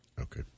Okay